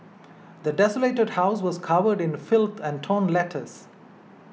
the desolated house was covered in filth and torn letters